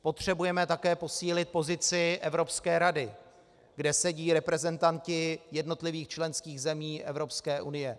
Potřebujeme také posílit pozici Evropské rady, kde sedí reprezentanti jednotlivých členských zemí EU.